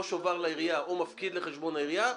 או שובר לעירייה או מפקיד לחשבון העירייה.